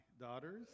daughters